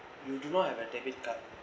you do not have a debit card